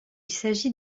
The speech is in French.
s’agit